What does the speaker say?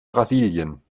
brasilien